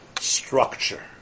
structure